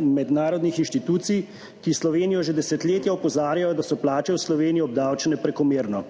mednarodnih inštitucij, ki Slovenijo že desetletja opozarjajo, da so plače v Sloveniji obdavčene prekomerno.